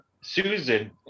Susan